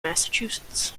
massachusetts